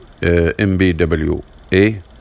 MBWA